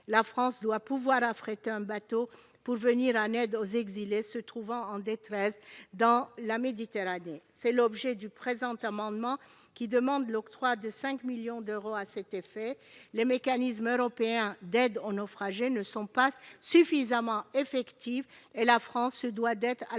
venu remplacer l', pour venir en aide aux exilés se trouvant en détresse en Méditerranée. Tel est l'objet du présent amendement : demander l'octroi de 5 millions d'euros à cet effet. Les mécanismes européens d'aide aux naufragés ne sont pas suffisamment effectifs et la France se doit d'être à la